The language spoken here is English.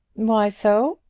why so?